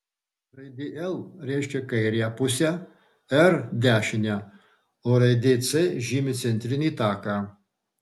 raidė l reiškia kairę pusę r dešinę o raidė c žymi centrinį taką